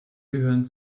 gehören